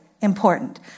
important